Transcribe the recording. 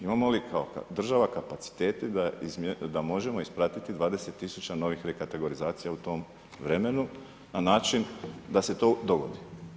Imamo li kao država kapacitete da može ispratiti 20 tisuća novih rekategorizacija u tom vremenu na način da se to dogodi.